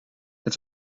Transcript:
het